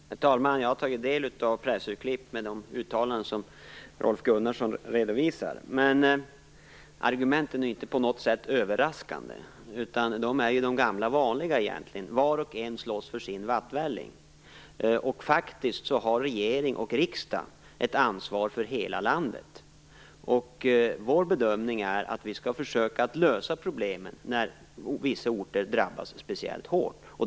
Herr talman! Jag har tagit del av pressurklipp med de uttalanden som Rolf Gunnarsson redovisar. Men argumenten är inte på något sätt överraskande. Det är ju de gamla vanliga argumenten. Var och en slåss för sin vattvälling. Regering och riksdag har ansvar för hela landet. Vi skall försöka att lösa problemen när vissa orter drabbas speciellt hårt.